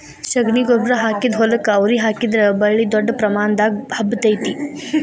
ಶಗಣಿ ಗೊಬ್ಬ್ರಾ ಹಾಕಿದ ಹೊಲಕ್ಕ ಅವ್ರಿ ಹಾಕಿದ್ರ ಬಳ್ಳಿ ದೊಡ್ಡ ಪ್ರಮಾಣದಾಗ ಹಬ್ಬತೈತಿ